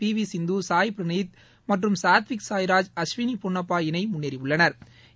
PV Sindhu Sai Praneeth மற்றும் சாத்விக் சாய்ராஜ் அஸ்வினி பொன்னப்பா இணை முன்னேறியுள்ளனா்